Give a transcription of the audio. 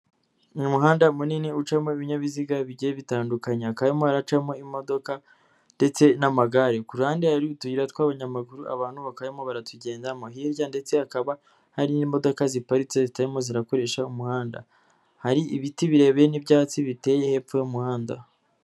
Ni umuhanda munini ucamo ibinyabiziga bigiye bitandukanye, hakaba harimo haracamo imodoka ndetse n'amagare, ku ruhande hari utuyira twabanyamaguru, abantu bakaba barimo baratugendamo, hirya ndetse hakaba hari n'imodoka ziparitse zitarimo zirakoresha umuhanda, hari ibiti birebire n'ibyatsi biteye hepfo y'umuhanda.